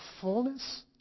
fullness